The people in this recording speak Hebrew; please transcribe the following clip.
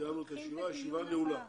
סיימנו את הישיבה, הישיבה נעולה.